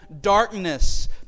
darkness